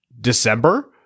december